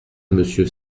monsieur